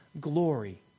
glory